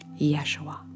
Yeshua